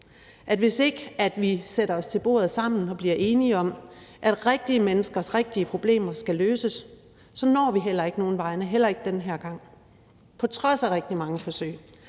hvis ikke vi sætter os til bordet sammen og bliver enige om, at rigtige menneskers rigtige problemer skal løses, når vi heller ikke nogen vegne, heller ikke den her gang, på trods af rigtig mange forsøg.